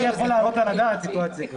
אבל מי יכול להעלות על הדעת סיטואציה כזאת?